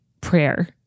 prayer